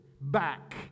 back